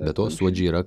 be to suodžiai yra